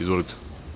Izvolite.